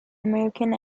american